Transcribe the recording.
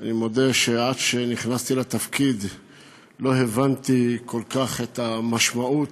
אני מודה שעד שנכנסתי לתפקיד לא הבנתי כל כך את המשמעות.